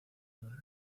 dólares